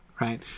right